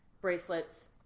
bracelets